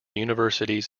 universities